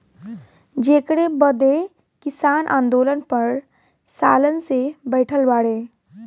जेकरे बदे किसान आन्दोलन पर सालन से बैठल बाड़े